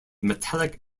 metallic